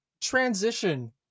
transition